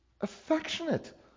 affectionate